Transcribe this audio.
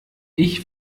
ich